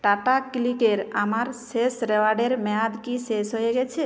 tata ক্লিকের আমার শেষ রিওয়ার্ডের মেয়াদ কি শেষ হয়ে গেছে